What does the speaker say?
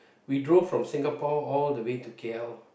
we drove from Singapore all the way to K_L